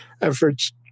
efforts